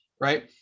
right